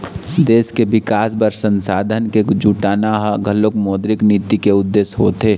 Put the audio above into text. देश के बिकास बर संसाधन के जुटाना ह घलोक मौद्रिक नीति के उद्देश्य होथे